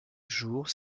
jours